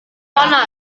panas